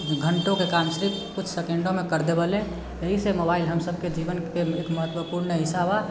घण्टोके काम सिर्फ किछु सेकेण्डमे करि देबऽ ले एहिसँ मोबाइल हम सभके जीवनके एक महत्वपूर्ण हिस्सा बा